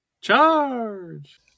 Charge